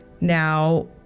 Now